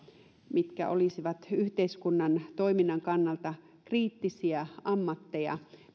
mitkä olisivat yhteiskunnan toiminnan kannalta kriittisiä ammatteja